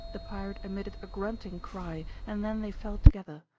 the pirate emitted a grunting cry and then they fell together,